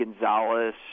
Gonzalez